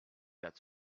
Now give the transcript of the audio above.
that